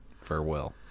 Farewell